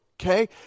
okay